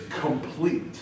complete